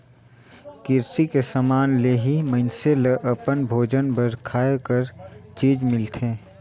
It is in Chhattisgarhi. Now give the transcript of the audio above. किरसी के समान ले ही मइनसे ल अपन भोजन बर खाए कर चीज मिलथे